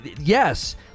yes